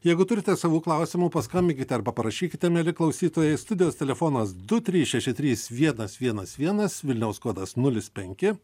jeigu turite savų klausimų paskambinkit arba parašykite mieli klausytojai studijos telefonas du trys šeši trys vienas vienas vienas vilniaus kodas nulis penki